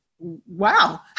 wow